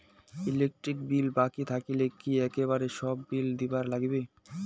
Electric bill বাকি থাকিলে কি একেবারে সব বিলে দিবার নাগিবে?